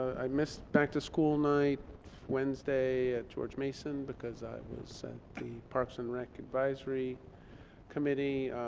i missed back-to-school night wednesday at george mason, because i was at the parks and rec advisory committee.